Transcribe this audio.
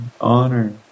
honor